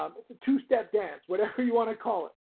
um it's a two step dance, whatever you want to call it.